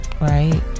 right